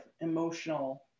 emotional